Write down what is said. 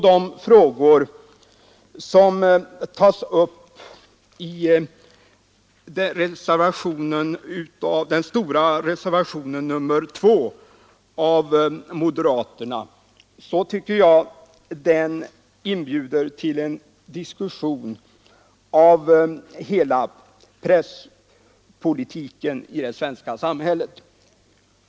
De frågor som tas upp i den stora reservationen 2 av moderaterna tycker jag inbjuder till en diskussion av hela presspolitiken i det svenska samhället.